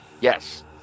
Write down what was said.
Yes